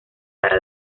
para